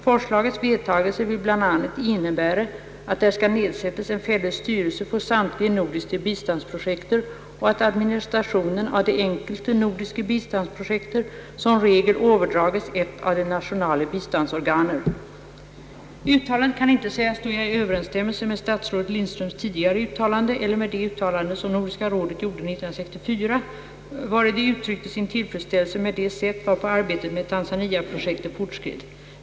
Forslagets vedtagelse vil bl.a. indebere at der skal nedsezettes en faelles styrelse for samtlige nordiske bistandsprojekter, og at administrationen af de enkelte nordiske bistandsprojekter, som regel overdrages et af de nationale bistandsorganer.» Uttalandet kan inte sägas stå i överensstämmelse med statsrådet Lindströms tidigare uttalande eller med det uttalande som Nordiska rådet gjorde 1964, vari det uttryckte sin tillfredsställelse med det sätt varpå arbetet med Tanzaniaprojektet fortskred.